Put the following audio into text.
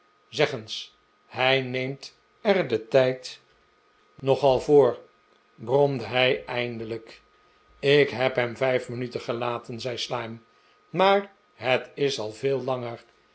bromde hij eindelijk ik heb hem vijf minuten gelaten zei slyme maar het is al veel langer